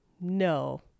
no